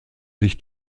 sich